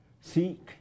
Seek